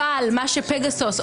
אבל מה שפגסוס,